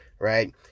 right